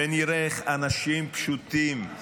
ונראה איך אנשים פשוטים,